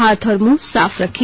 हाथ और मुंह साफ रखें